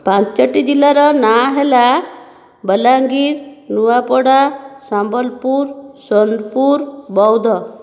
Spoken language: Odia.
ପାଞ୍ଚୋଟି ଜିଲ୍ଲାର ନାଁ ହେଲା ବଲାଙ୍ଗୀର ନୂଆପଡ଼ା ସମ୍ବଲପୁର ସୋନପୁର ବୌଦ୍ଧ